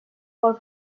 pel